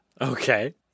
Okay